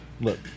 Look